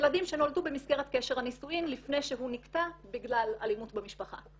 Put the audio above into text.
ילדים שנולדו במסגרת קשר הנישואין לפני שהוא נקטע בגלל אלימות במשפחה.